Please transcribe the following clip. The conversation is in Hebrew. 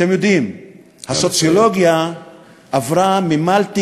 אתם יודעים, הסוציולוגיה עברה מ-melting